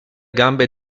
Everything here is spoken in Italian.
gambe